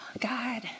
God